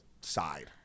side